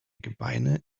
gebeine